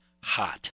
hot